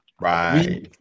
right